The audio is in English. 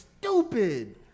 stupid